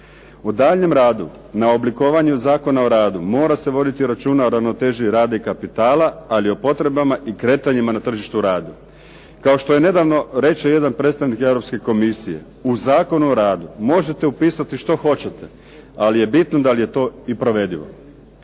U daljnjem radu, na oblikovanju Zakona o radu mora se voditi računa o ravnoteži rada i kapitala ali i o potrebama i kretanjima na tržištu rada. Kao što nedavno reče jedan predstavnik Europske komisije, u Zakonu o radu možete upisati što hoćete ali je bitno da li je to provedivo.